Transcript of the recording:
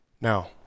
Now